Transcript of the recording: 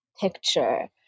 picture